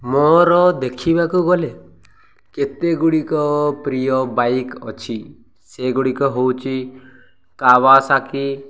ମୋର ଦେଖିବାକୁ ଗଲେ କେତେଗୁଡ଼ିକ ପ୍ରିୟ ବାଇକ୍ ଅଛି ସେଗୁଡ଼ିକ ହେଉଛି କାୱାସାକି